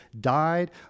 died